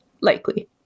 likely